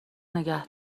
نگه